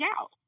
out